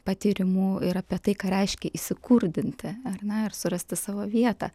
patyrimu ir apie tai ką reiškia įsikurdinti ar ne ir surasti savo vietą